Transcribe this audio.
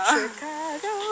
Chicago